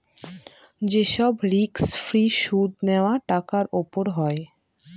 যে সব risk free সুদ নেওয়া টাকার উপর হয়